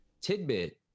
tidbit